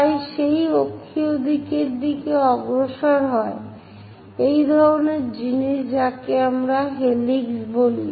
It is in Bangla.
তারা সেই অক্ষীয় দিকের দিকে অগ্রসর হয় এই ধরনের জিনিস যাকে আমরা হেলিক্স বলি